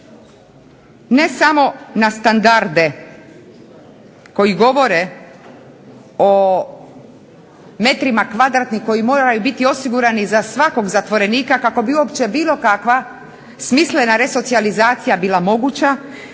ne samo na standarde koji govore o metrima kvadratnih koji moraju biti osigurani za svakog zatvorenika kako bi bilo kakva smislena resocijalizacija bila moguća